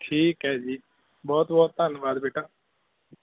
ਠੀਕ ਹੈ ਜੀ ਬਹੁਤ ਬਹੁਤ ਧੰਨਵਾਦ ਬੇਟਾ